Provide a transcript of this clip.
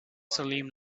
salem